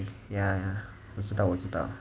ya ya 我知道我知道